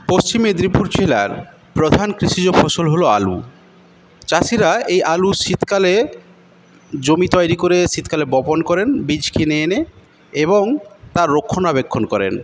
পশ্চিম মেদনীপুর জেলার প্রধান কৃষিজ ফসল হলো আলু চাষিরা এই আলু শীতকালে জমি তৈরি করে শীতকালে বপণ করেন বীজ কিনে এনে এবং তার রক্ষণাবেক্ষণ করেন